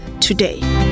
today